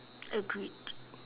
agreed